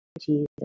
Jesus